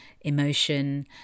emotion